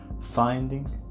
Finding